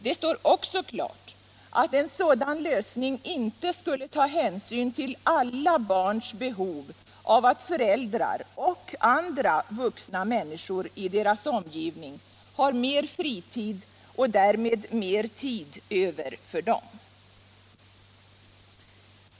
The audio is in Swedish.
Det står också klart att en sådan lösning inte skulle ta hänsyn till alla barns behov av att föräldrar och andra vuxna människor i deras omgivning har mer fritid och därmed mer tid över för dem.